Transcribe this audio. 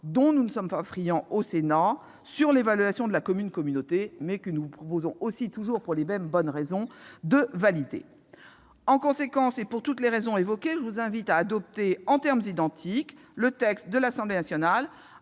dont nous ne sommes pas friands au Sénat, sur l'évaluation de la commune-communauté, que nous nous proposons de valider pour les motifs déjà invoqués. En conséquence, et pour toutes les raisons déjà citées, je vous invite à adopter en termes identiques le texte de l'Assemblée nationale